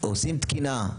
עושים תקינה,